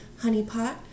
honeypot